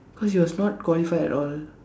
cause he was not qualified at all